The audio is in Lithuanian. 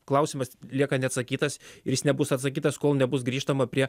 klausimas lieka neatsakytas ir jis nebus atsakytas kol nebus grįžtama prie